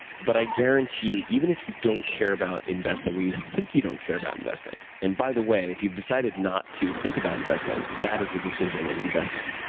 but i guarantee you even if you don't care about investing or you think you don't care about investing and by the way, if you've decided not to think about investing, that is a decision in investing.